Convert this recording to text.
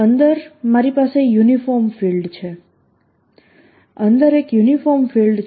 અંદર મારી પાસે યુનિફોર્મ ફીલ્ડ છે અંદર એક યુનિફોર્મ ફીલ્ડ છે